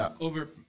over